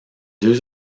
deux